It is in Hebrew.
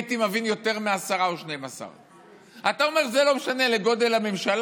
הייתי מבין את זה יותר מ-10 או 12. אתה אומר: זה לא משנה לגודל הממשלה,